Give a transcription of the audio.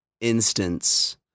instance